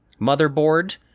motherboard